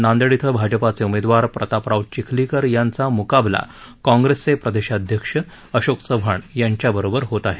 नांदेड इथं भाजपाचे उमेदवार प्रतापराव चिखलीकर यांचा म्काबला काँग्रेसचे प्रदेशाध्यक्ष अशोक चव्हाण यांच्याबरोबर होत आहे